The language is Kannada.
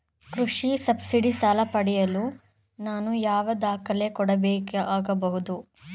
ಕೃಷಿ ಸಬ್ಸಿಡಿ ಸಾಲ ಪಡೆಯಲು ನಾನು ಯಾವ ದಾಖಲೆ ಕೊಡಬೇಕಾಗಬಹುದು?